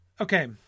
Okay